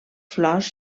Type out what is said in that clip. flors